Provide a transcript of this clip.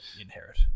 inherit